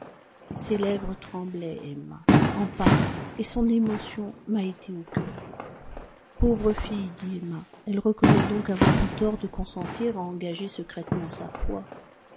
ses lèvres tremblaient emma en parlant et son émotion m'a été au cœur pauvre fille dit emma elle reconnaît donc avoir eu tort de consentir à engager secrètement sa foi